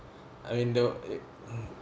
I mean though